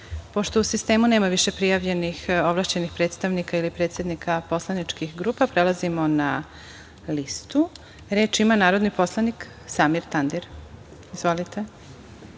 u sistemu nema više prijavljenih ovlašćenih predstavnika ili predsednika poslaničkih grupa, prelazimo na listu. Reč ima narodni poslanik Samir Tandir. Izvolite.